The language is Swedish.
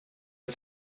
ett